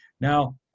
Now